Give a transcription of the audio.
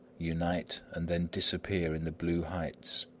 unite, and then disappear in the blue heights.